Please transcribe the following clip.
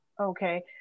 okay